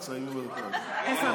ותסיימי בזמן.